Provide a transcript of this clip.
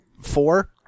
Four